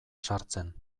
sartzen